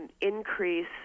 Increase